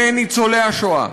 לניצולי השואה.